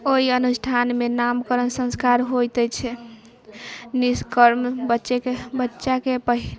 ओहि अनुष्ठानमे नामकरण संस्कार होइत अछि निष्कर्म बच्चेके बच्चाके पहिल